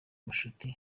nshuti